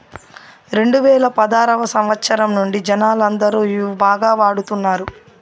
రెండువేల పదారవ సంవచ్చరం నుండి జనాలందరూ ఇవి బాగా వాడుతున్నారు